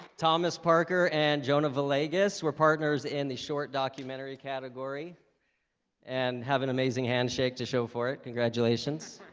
thomas parker and jonah villegas were partners in the short documentary category and have an amazing handshake to show for it. congratulations